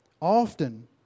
often